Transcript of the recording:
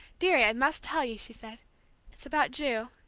dearie, i must tell you, she said it's about ju